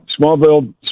Smallville